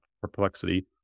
Perplexity